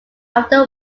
after